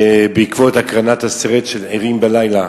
בעקבות הקרנת הסרט "ערים בלילה",